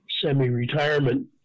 semi-retirement